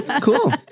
cool